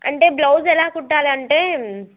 అంటే బ్లౌజ్ ఎలా కుట్టాలి అంటే